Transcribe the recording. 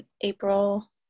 April